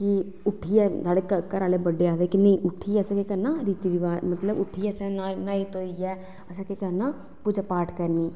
उट्ठियै नेईं साढ़े घरा आह्ले बड्डे आक्खदे की उट्ठियै मतलब उट्ठियै असें न्हाई धोइयै असें केह् करना पूजा पाठ करनी